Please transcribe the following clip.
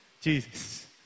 Jesus